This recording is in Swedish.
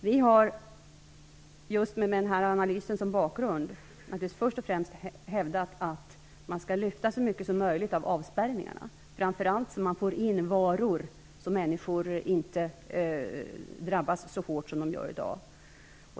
Vi har, just med den här analysen som bakgrund, först och främst hävdat att man skall lyfta så mycket som möjligt av avspärrningarna. Man kan då få in varor så att människor inte drabbas så hårt som de gör i dag.